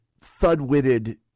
thud-witted